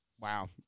Wow